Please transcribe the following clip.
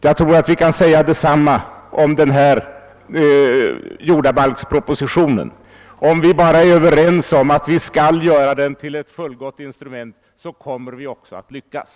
Jag tror att vi kan säga detsamma om den föreslagna jordabalken: om vi bara är överens om att vi skall göra den till ett fullgott instrument, så kommer vi också att Iyckas.